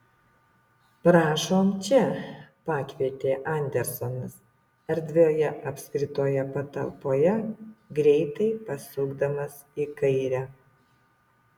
prašom čia pakvietė andersonas erdvioje apskritoje patalpoje greitai pasukdamas į kairę